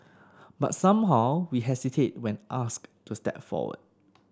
but somehow we hesitate when asked to step forward